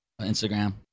Instagram